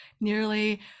nearly